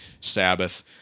Sabbath